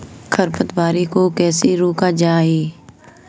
खरपतवार को कैसे रोका जाए?